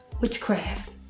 Witchcraft